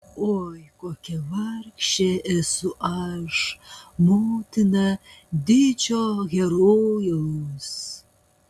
oi kokia vargšė esu aš motina didžio herojaus